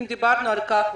דיברנו על כך,